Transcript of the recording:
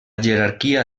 jerarquia